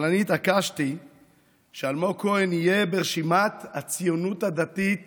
אבל אני התעקשתי שאלמוג כהן יהיה ברשימת הציונות הדתית